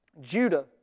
Judah